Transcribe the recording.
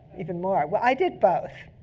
even more. well, i did both.